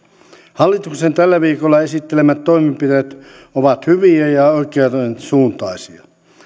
hallituksen tällä viikolla esittelemät toimenpiteet ovat hyviä ja oikeansuuntaisia